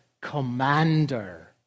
commander